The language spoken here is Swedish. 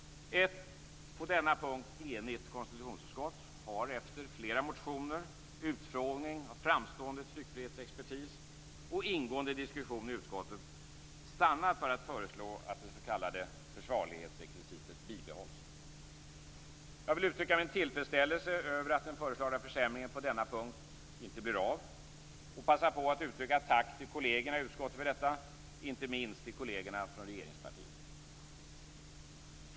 Ett på denna punkt enigt konstitutionsutskott har efter flera motioner, utfrågning av framstående tryckfrihetsexpertis och ingående diskussion i utskottet stannat för att föreslå att det s.k. försvarlighetsrekvisitet bibehålls. Jag vill uttrycka min tillfredsställelse över att den föreslagna försämringen på denna punkt inte blir av och passa på att uttrycka ett tack till kollegerna i utskottet för detta - inte minst till kollegerna från regeringspartiet.